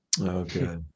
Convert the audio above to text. okay